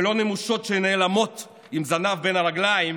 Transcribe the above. ולא לנמושות שנעלמות עם זנב בין הרגליים